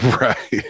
Right